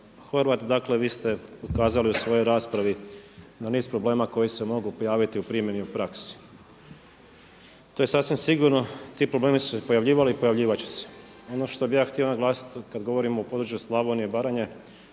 Horvat, dakle vi ste ukazali u svojoj raspravi na niz problema koje se mogu pojaviti u primjeni u praksi. To je sasvim sigurno, ti problemi su se pojavljivali i pojavljivati će se. Ono što bih ja htio naglasiti kada govorimo o području Slavonije i Baranje